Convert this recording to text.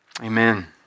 Amen